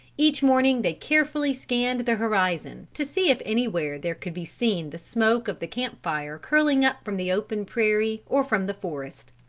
each morning they carefully scanned the horizon, to see if anywhere there could be seen the smoke of the camp-fire curling up from the open prairie or from the forest.